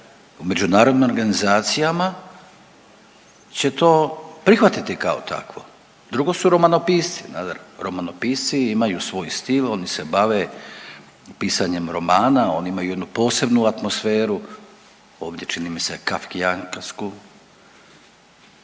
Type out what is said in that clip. u međunarodnim organizacijama će to prihvatiti kao takvo, drugo su romanopisci, romanopisci imaju svoj stil, oni se bave pisanjem romana, oni imaju jednu posebnu atmosferu, ovdje mi se čini kafkijankavsku,